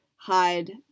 hide